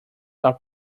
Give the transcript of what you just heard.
are